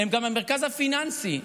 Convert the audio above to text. הם גם המרכז הפיננסי: